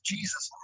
Jesus